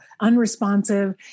unresponsive